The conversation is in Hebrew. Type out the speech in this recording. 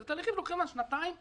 אז התהליכים לוקחים שנתיים.